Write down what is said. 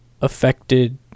affected